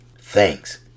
thanks